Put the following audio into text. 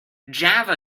java